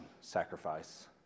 sacrifice